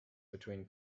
between